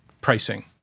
pricing